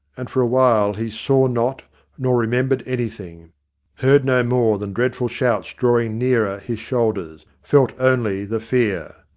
and for a while he saw not nor remembered anything heard no more than dreadful shouts drawing nearer his shoulders, felt only the fear.